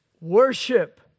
worship